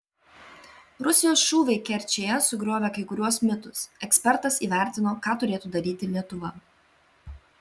rusijos šūviai kerčėje sugriovė kai kuriuos mitus ekspertas įvertino ką turėtų daryti lietuva